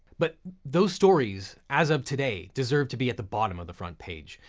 but those stories as of today deserve to be at the bottom of the front page,